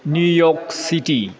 New York City